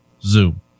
Zoom